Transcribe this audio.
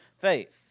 faith